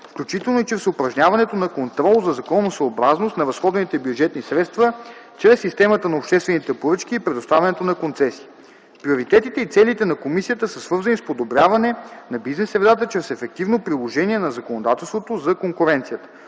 включително и чрез упражняването на контрол за законосъобразност на разходваните бюджетни средства чрез системата на обществените поръчки и предоставянето на концесии. Приоритетите и целите на комисията са свързани с подобряване на бизнес средата чрез ефективно приложение на законодателството за конкуренцията;